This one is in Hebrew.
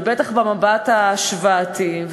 ובטח במבט ההשוואתי,